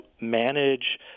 manage